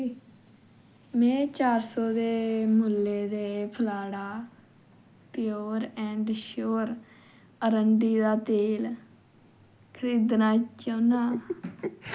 मैं चार सौ दे मुल्लै दे फलाडा प्योर ऐंड श्योर अरंडी दा तेल खरीदना चाह्न्नां